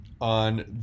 on